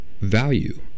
value